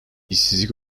i̇şsizlik